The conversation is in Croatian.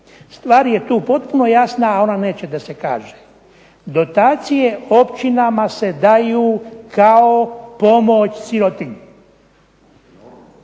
Stvar je tu potpuno jasna a neće da se kaže. Dotacije općinama se daju kao pomoć sirotinji